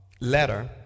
letter